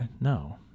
No